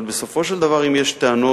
אבל בסופו של דבר אם יש טענות